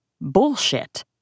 bullshit